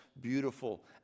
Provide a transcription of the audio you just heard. beautiful